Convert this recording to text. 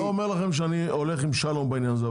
אני לא אומר לכם שאני הולך עם שלום בעניין הזה.